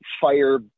fire